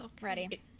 Ready